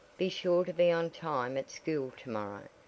be sure to be on time at school to-morrow.